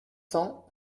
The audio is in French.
cents